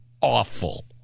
awful